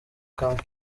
camp